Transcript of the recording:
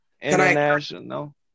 international